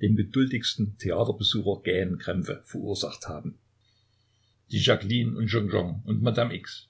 den geduldigsten theaterbesucher gähnkrämpfe verursacht haben die jaqueline und jonjon und